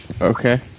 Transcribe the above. Okay